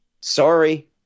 Sorry